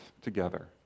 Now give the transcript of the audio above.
together